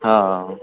ਹਾਂ